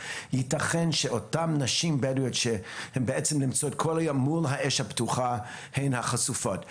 יתכן שאותן נשים בדואיות שנמצאות כל היום מול האש הפתוחה הן חשופות.